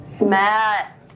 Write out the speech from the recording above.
Matt